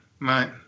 Right